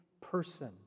person